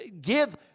Give